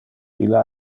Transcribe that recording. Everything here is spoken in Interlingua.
ille